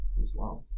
Islam